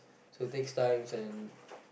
so it takes time and